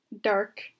dark